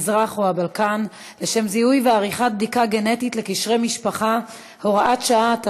המזרח או הבלקן לשם זיהוי ועריכה בדיקה גנטית לקשרי משפחה (הוראת שעה),